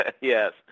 Yes